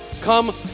come